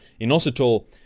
Inositol